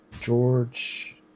George